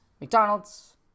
McDonald's